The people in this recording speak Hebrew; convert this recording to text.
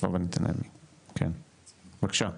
בבקשה.